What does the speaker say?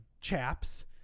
chaps